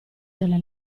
della